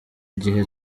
gihe